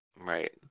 Right